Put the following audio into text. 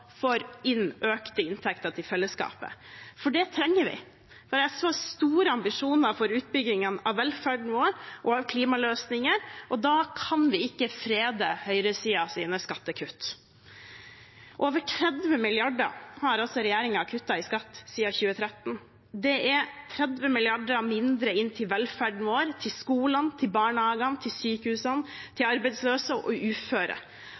inn økte inntekter til fellesskapet, for det trenger vi. SV har store ambisjoner for utbyggingen av velferden vår og av klimaløsninger, og da kan vi ikke frede høyresidens skattekutt. Over 30 mrd. kr har regjeringen kuttet i skatt siden 2013. Det er 30 mrd. kr mindre inn til velferden vår, til skolene, barnehagene, sykehusene, til arbeidsløse og uføre.